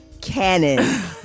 Cannon